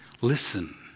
Listen